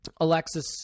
Alexis